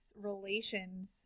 relations